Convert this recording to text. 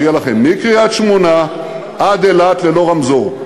שיהיה לכם מקריית-שמונה עד אילת ללא רמזור.